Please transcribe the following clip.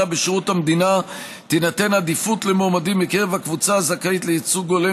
בשירות המדינה תינתן עדיפות למועמדים מקרב הקבוצה הזכאית לייצוג הולם